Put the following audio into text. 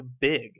big